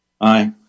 Aye